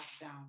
down